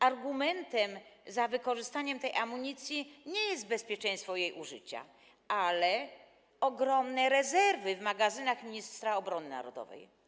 Argumentem za wykorzystaniem tej amunicji nie jest bezpieczeństwo jej użycia, ale ogromne rezerwy w magazynach ministra obrony narodowej.